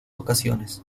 ocasiones